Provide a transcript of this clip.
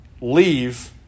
leave